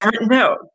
No